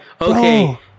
okay